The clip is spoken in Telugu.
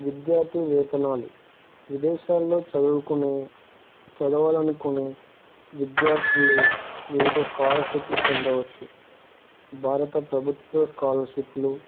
విద్యార్థి వేతనాలు విదేశాల్లో చదువుకునే చదవాలనుకునే విద్యార్థులు వివిధ స్కాలర్షిప్లు పొందవచ్చు భారత ప్రభుత్వ స్కాలర్షిప్లు